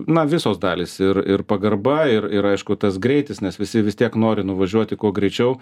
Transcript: na visos dalys ir ir pagarba ir ir aišku tas greitis nes visi vis tiek nori nuvažiuoti kuo greičiau